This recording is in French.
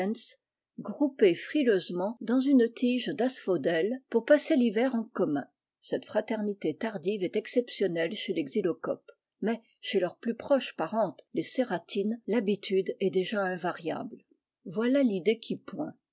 groupés frileusement dans une tige d'asphodèle pour passer l'hiver en commun cette fraternité tardive est exceptionnelle chez les xylocopes mais chez leurs plus proches parentes les cératines l'habitude est déjà invariable voilà l'idée qui point